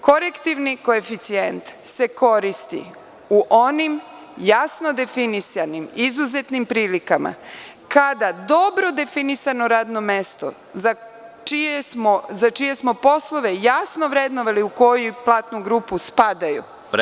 Korektivni koeficijent se koristi u onim jasno definisanim izuzetnim prilikama, kada dobro definisano radno mesto, za čije smo poslove jasno vrednovali u koju platnu grupu spadaju…